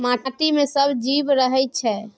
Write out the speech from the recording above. माटि मे सब जीब रहय छै